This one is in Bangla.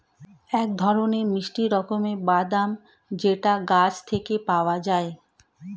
এক ধরনের মিষ্টি রকমের বাদাম যেটা গাছ থেকে পাওয়া যায়